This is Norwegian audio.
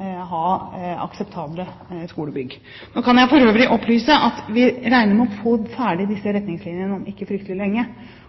ha akseptable skolebygg. Nå kan jeg for øvrig opplyse at vi regner med å få disse retningslinjene ferdig om ikke fryktelig lenge,